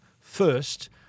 first